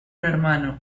hermano